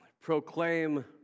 proclaim